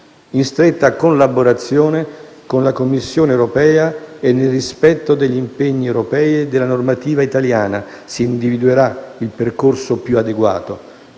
in stretta collaborazione con la Commissione europea e nel rispetto degli impegni europei e della normativa italiana. Si individuerà il percorso più adeguato